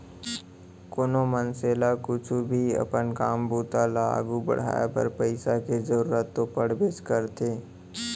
कोनो मनसे ल कुछु भी अपन काम बूता ल आघू बढ़ाय बर पइसा के जरूरत तो पड़बेच करथे